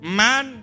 man